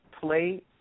play